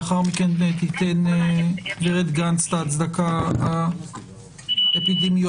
לאחר מכן תיתן את ההצדקה האפידמיולוגית.